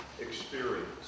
experience